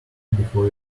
before